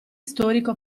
storico